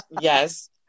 yes